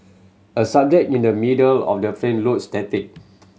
a subject in the middle of the frame looks static